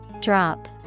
Drop